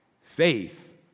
Faith